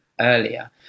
earlier